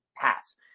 pass